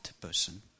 person